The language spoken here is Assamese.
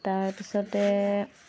তাৰ পিছতে